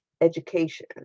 education